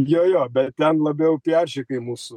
jo jo bet ten labiau piaršikai mūsų